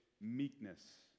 meekness